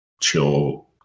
chill